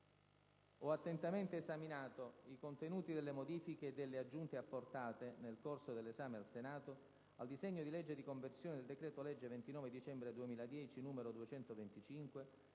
ho attentamente esaminato i contenuti delle modifiche e delle aggiunte apportate, nel corso dell'esame al Senato, al disegno di legge di conversione del decreto‑legge 29 dicembre 2010, n. 225,